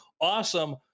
awesome